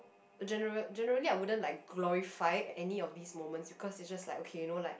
general generally I wouldn't like glorify any of these moments because it's just like okay you know like